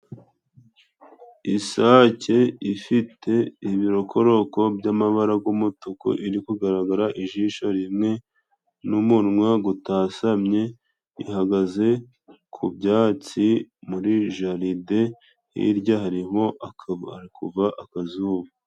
Isake ifite ibirokoroko by'amabara g'umutuku iri kugaragara ijisho rimwe n'umunwa gutasamye ihagaze ku byatsi muri jaride hirya harimo akabara kuva akazuba.